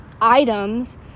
items